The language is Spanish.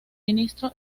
ministro